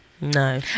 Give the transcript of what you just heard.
no